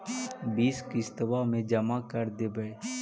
बिस किस्तवा मे जमा कर देवै?